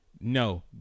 no